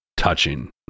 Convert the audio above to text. touching